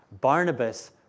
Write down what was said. Barnabas